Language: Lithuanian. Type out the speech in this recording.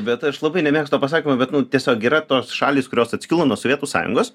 bet aš labai nemėgstu to pasakymo bet nu tiesiog yra tos šalys kurios atskilo nuo sovietų sąjungos